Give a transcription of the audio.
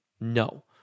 No